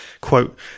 Quote